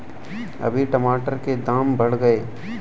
अभी टमाटर के दाम बढ़ गए